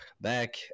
back